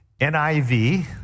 NIV